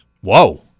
Whoa